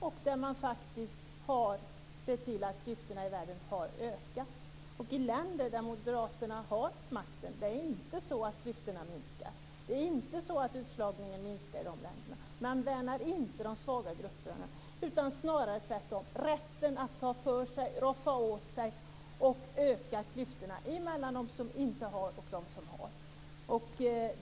Man har faktiskt sett till att klyftorna i världen har ökat. I länder där moderaterna har makten är det inte så att klyftorna minskar. Det är inte så att utslagningen minskar i de länderna. Man värnar inte de svaga grupperna, snarare tvärtom. Man värnar rätten att ta för sig, roffa åt sig och öka klyftorna mellan dem som inte har och dem som har.